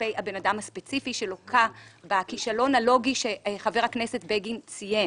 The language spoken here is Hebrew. כלפי אדם ספציפי שלוקה בכישלון הלוגי שחבר הכנסת בגין ציין,